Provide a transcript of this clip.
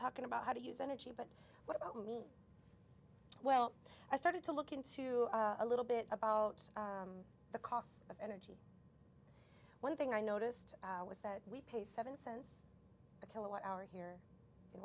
talking about how to use energy but what about me well i started to look into a little bit about the cost of energy one thing i noticed was that we pay seven cents a kilowatt hour here in